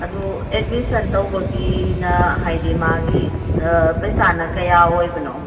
ꯑꯗꯨ ꯑꯦꯠꯃꯤꯁꯟ ꯇꯧꯕꯒꯤꯅ ꯍꯥꯏꯗꯤ ꯃꯥꯒꯤ ꯄꯩꯁꯥꯅ ꯀꯌꯥ ꯑꯣꯏꯕꯅꯣ